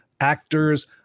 actors